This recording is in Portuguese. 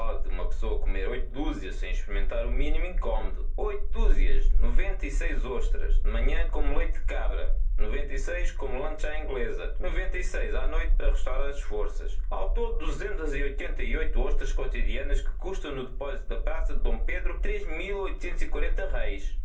póde uma pessoa comer oito duzias sem experimentar o minimo incommodo oito duzias noventa e seis ostras de manhã como leite de cabra noventa e seis como lunch á ingleza noventa e seis á noite para restaurar as forças ao todo duzentas e oitenta e oito ostras quotidianas que custam no deposito da praça de d pedro